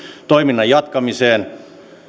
toiminnan jatkamiseen